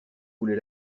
voulez